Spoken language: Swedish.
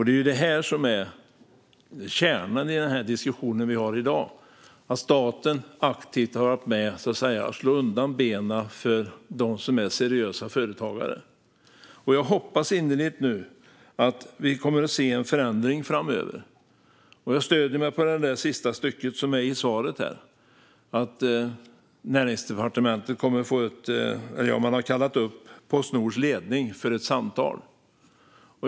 Det är det som är kärnan i diskussionen vi har i dag - att staten aktivt har varit med och så att säga slagit undan benen på dem som är seriösa företagare. Jag hoppas innerligt att vi kommer att se en förändring framöver. Jag stöder mig på det sista stycket av statsrådets svar - att Näringsdepartementet har kallat upp Postnords ledning för ett samtal.